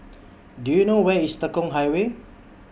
Do YOU know Where IS Tekong Highway